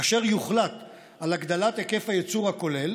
כאשר יוחלט על הגדלת היקף הייצור הכולל